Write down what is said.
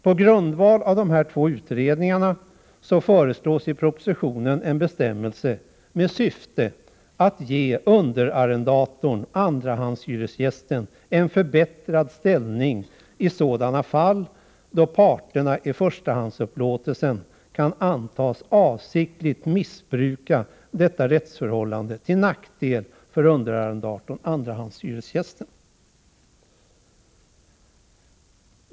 På grundval av de här två utredningarna föreslås i propositionen en bestämmelse med syftet att ge underarrendatorn, andrahandshyresgästen, en förbättrad ställning i sådana fall då parterna i förstahandsupplåtelsen kan antas avsiktligt göra sig skyldig till missbruk beträffande detta rättsförhållande, till nackdel för underarrendatorn, andrahandshyresgästen.